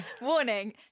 Warning